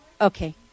Okay